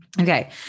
Okay